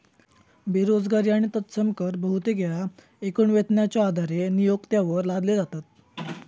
बेरोजगारी आणि तत्सम कर बहुतेक येळा एकूण वेतनाच्यो आधारे नियोक्त्यांवर लादले जातत